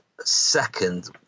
second